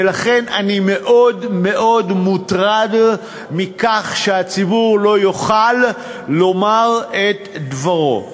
ולכן אני מאוד מאוד מוטרד מכך שהציבור לא יוכל לומר את דברו.